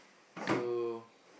so